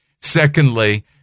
Secondly